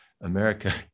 america